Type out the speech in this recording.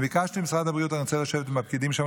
ביקשתי ממשרד הבריאות: אני רוצה לשבת עם הפקידים שם,